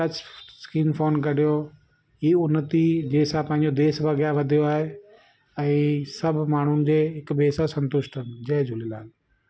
touch screen phone कढियो हीअ उन्नती जंहिं सां पंहिंजो देसु अॻियां वधियो आहे ऐं सभु माण्हूं ते हिक ॿिए सां संतुष्ट आहिनि जय झूलेलाल